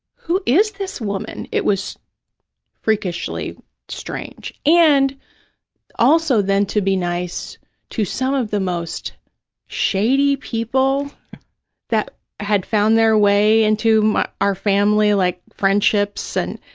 who is this woman? it was freakishly strange. and also, then, to be nice to some of the most shady people that had found their way into our family, like friendships and,